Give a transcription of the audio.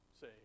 say